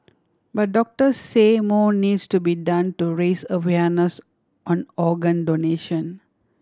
but doctor say more needs to be done to raise awareness on organ donation